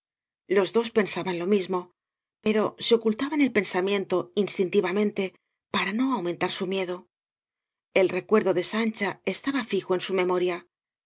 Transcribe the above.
los dos pensaban lo mismo pero se ocultaban el pensamiento instintivamente para no aumentar su miedo el recuerdo de sancha estaba fijo en su memoria